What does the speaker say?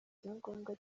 icyangombwa